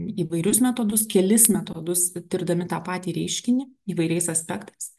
įvairius metodus kelis metodus tirdami tą patį reiškinį įvairiais aspektais